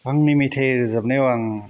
आंनि मेथाइ रोजाबनायाव आं